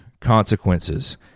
consequences